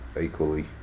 equally